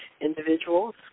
individuals